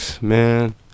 Man